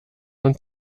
und